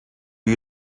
you